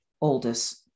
oldest